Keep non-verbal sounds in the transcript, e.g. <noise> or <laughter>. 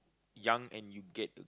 young and you get <noise>